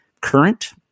current